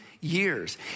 years